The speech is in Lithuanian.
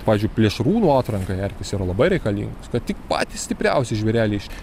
pavyzdžiui plėšrūnų atrankai erkės yra labai reikalingos kad tik patys stipriausi žvėreliai iš